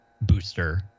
booster